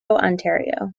ontario